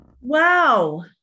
Wow